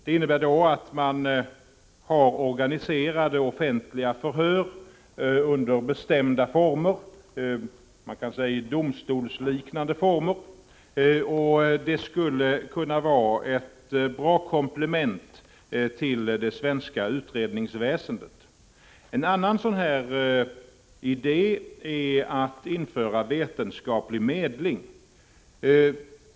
Det innebär organiserade offentliga förhör under bestämda former — man kan säga i domstolsliknande former. Det skulle kunna vara ett bra komplement till det svenska utredningsväsendet. En annan sådan idé är att införa vetenskaplig medling.